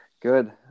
good